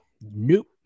Nope